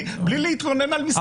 בלי להתלונן על משרד המשפטים.